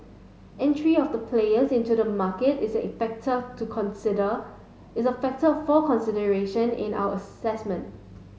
entry of the players into the market is a factor to consider is a factor for consideration in our assessment